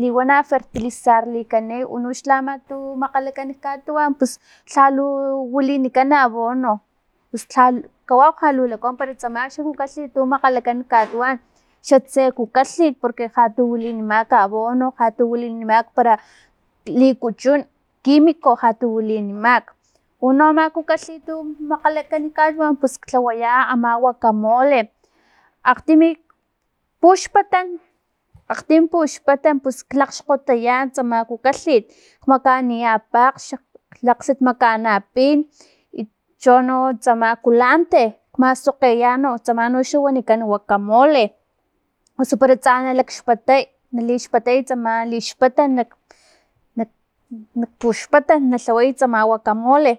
liwana fertilizarlani uno xla ama tu makgalakan katuwan pus lhalu wilinikan abono pus lha kawau lha lu lakuan pero tsama xa kukalhit tu makgalakan nak katuwan xatse kukalhit porque lhatu wilinimak abono ja tu wilinimak para licuchun quimico jatu wilinimak uno ama kikalhit tu mkgalakan katuwan pus tlawaya ama wakamole akgtimi puxpatan aktim puxpatan pus lakxkgotaya tsama kukalhit makaniya pakglch, lakgsitmakaana pin i chono tsama culante maskgokgeya no tsama no xa wanikan wakamole, osu para tsa na lakxpatay lixpatay tsama lixpatan nak- nak puxpatan na tlaway tsam wacamole.